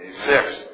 six